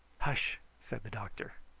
hush! said the doctor.